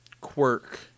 quirk